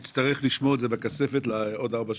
תצטרך לשמור את התקדים הזה בכספת לעוד ארבע שנים.